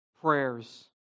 prayers